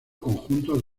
conjuntos